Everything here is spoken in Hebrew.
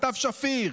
סתיו שפיר,